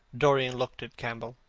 dorian looked at campbell.